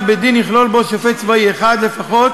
בית-דין יכלול בו שופט צבאי אחד לפחות